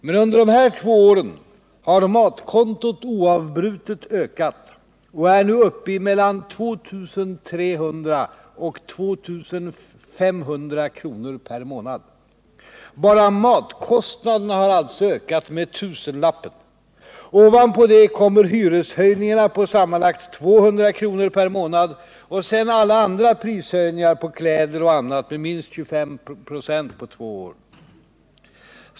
Men under de här två åren har matkontot oavbrutet ökat och är nu uppe i mellan 2 300 och 2 500 kronor per månad. Bara matkostnaderna har ökat med tusenlappen. Ovanpå det kommer hyreshöjningarna på sammanlagt 200 kronor per månad. Och sen alla andra prishöjningar på kläder och annat med minst 25 procent på två år.